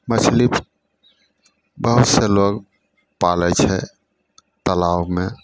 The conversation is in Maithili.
मछली बहुतसे लोक पालै छै तलाबमे